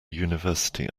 university